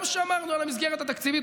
גם שמרנו על המסגרת התקציבית,